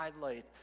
highlight